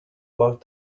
about